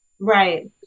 Right